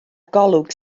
golwg